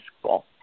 school